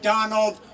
Donald